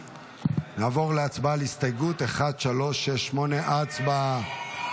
1368. נעבור להצבעה על הסתייגות 1368. הצבעה.